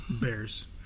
Bears